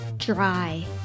Dry